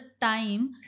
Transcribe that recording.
time